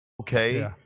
okay